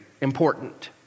important